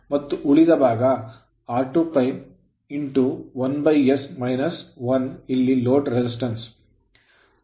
ಮತ್ತು ಉಳಿದ ಭಾಗ r2 1s - 1 ಇಲ್ಲಿ ಲೋಡ್ resistance ಪ್ರತಿರೋಧವಾಗಿದೆ